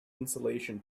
insulation